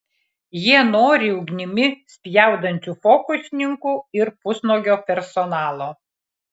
jie nori ugnimi spjaudančių fokusininkų ir pusnuogio personalo